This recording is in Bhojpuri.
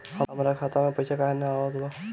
हमरा खाता में पइसा काहे ना आवत बा?